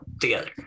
together